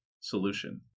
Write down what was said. solution